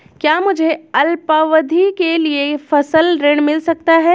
क्या मुझे अल्पावधि के लिए फसल ऋण मिल सकता है?